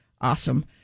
awesome